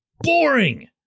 boring